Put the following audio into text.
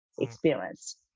experience